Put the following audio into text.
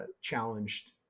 challenged